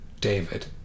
David